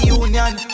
union